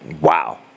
wow